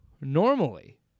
normally